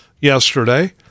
yesterday